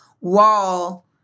wall